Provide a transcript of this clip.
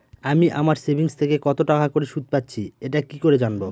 আমি আমার সেভিংস থেকে কতটাকা করে সুদ পাচ্ছি এটা কি করে জানব?